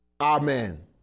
Amen